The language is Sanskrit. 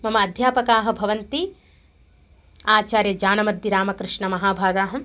मम अध्यापकाः भवन्ति आचार्यः आचार्यज्ञानमतिरामकृष्णः महाभागाः